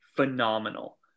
phenomenal